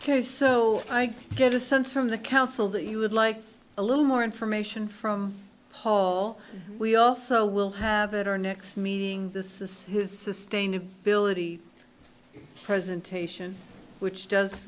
ok so i get a sense from the council that you would like a little more information from hall we also will have it our next meeting this is his sustainability presentation which does